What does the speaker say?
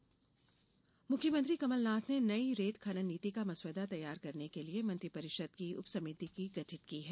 रेत खनन नीति मुख्यमंत्री कमलनाथ ने नई रेत खनन नीति का मसौदा तैयार करने के लिये मंत्रि परिषद की उप समिति गठित की है